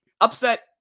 Upset